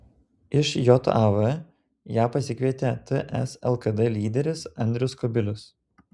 iš jav ją pasikvietė ts lkd lyderis andrius kubilius